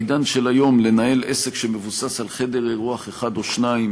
בעידן של היום לנהל עסק שמבוסס על חדר אירוח אחד או שניים,